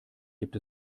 gibt